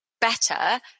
better